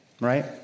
right